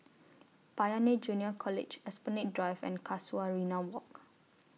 Pioneer Junior College Esplanade Drive and Casuarina Walk